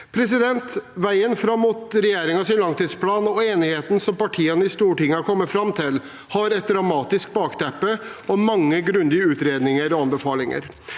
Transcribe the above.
mot 2036. Veien fram mot regjeringens langtidsplan og enigheten som partiene i Stortinget har kommet fram til, har et dramatisk bakteppe og mange grundige utredninger og anbefalinger.